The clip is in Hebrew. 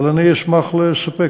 אבל אני אשמח לספק.